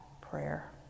prayer